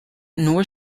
nor